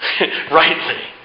rightly